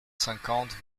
cinquante